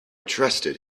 trusted